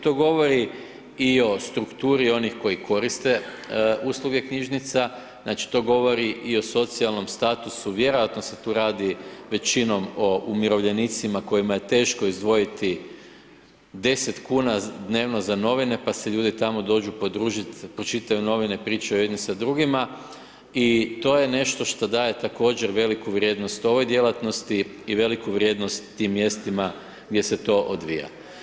To govori i o strukturi onih koji koriste usluge knjižnica, to govori i o socijalnom statusu, vjerojatno se tu radi većinom o umirovljenicima kojima je teško izdvojiti 10 dnevno za novine, pa se ljudi tamo dođu podružiti, pročitaju novine, pričaju jedni sa drugima i to je nešto što daje također veliku vrijednost ovoj djelatnosti i veliku vrijednost tim mjestima gdje se to odvija.